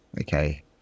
okay